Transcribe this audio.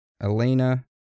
Elena